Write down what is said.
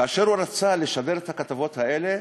כאשר הוא רצה לשדר את הכתבות האלה,